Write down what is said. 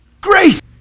Grace